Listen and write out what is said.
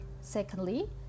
Secondly